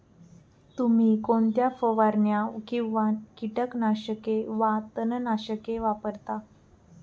तुम्ही कोणत्या फवारण्या किंवा कीटकनाशके वा तणनाशके वापरता?